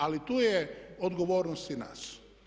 Ali tu je odgovornost i nas.